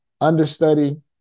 understudy